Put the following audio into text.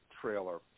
trailer